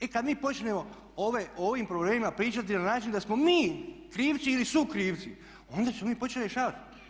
I kad mi počnemo o ovim problemima pričati na način da smo mi krivci ili sukrivci, onda smo mi počeli rješavati.